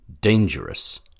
dangerous